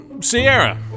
Sierra